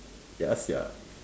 ya sia